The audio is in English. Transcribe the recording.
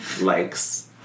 likes